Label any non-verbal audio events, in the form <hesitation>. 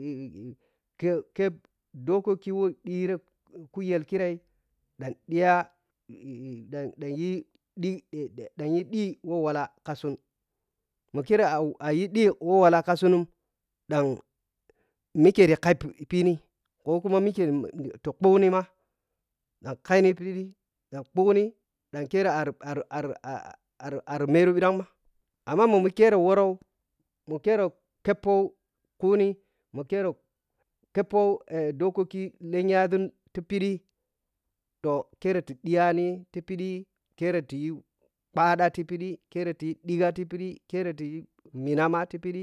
<hesitation> kekepp dokoki wo ɗiti kuytel kirei ɗan dhiya <hesitation> ɗan yi de ɗan yi ɗhiwɛ walla ka sun mo kire a yugi ɗhi wo walla ka shun ɗdan mikeri kai ɓhini kokuma mikeri ti phugnima ɗan kaini ti phidi ɗan phugini ɗan kere ar-ar-ar-ar-ar meru phi ɗangma ma kere wiri mi kero keppoh keni mo kero keppoh dokoki lenya ȝun ti phiɗi toh kiti ɗhiyani ti phiɗi kere ti yi phaɗa ti phiɗi keke tiji ɗhiga tiphiid kere ti yi mina ma tiphiɗi.